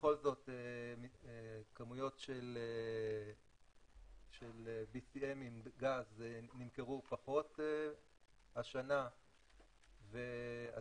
בכל זאת כמויות של BCM בגז נמכרו פחות השנה והצפי